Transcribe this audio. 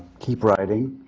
keep writing.